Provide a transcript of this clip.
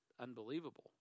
unbelievable